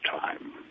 time